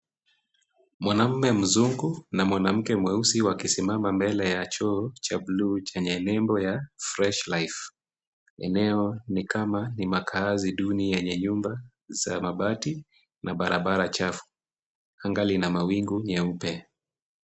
Mwanamume mzungu na mwanamke mweusi wakisimama mbele ya choo cha bluu chenye nembo ya fresh life . Eneo ni kama ni makaazi duni yenye nyumba, za mabati na barabara chafu. Anga lina mawingu nyeupe.